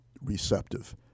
receptive